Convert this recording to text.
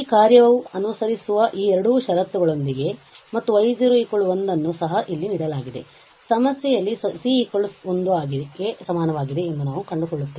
ಆದ್ದರಿಂದ ಆ ಕಾರ್ಯವು ಅನುಸರಿಸುವ ಈ ಎರಡು ಷರತ್ತುಗಳೊಂದಿಗೆ ಮತ್ತು y 1 ಅನ್ನು ಸಹ ಇಲ್ಲಿ ನೀಡಲಾಗಿದೆ ಸಮಸ್ಯೆಯಲ್ಲಿ c1 ಗೆ ಸಮನಾಗಿದೆ ಎಂದು ನಾವು ಕಂಡುಕೊಳ್ಳುತ್ತೇವೆ